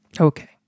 Okay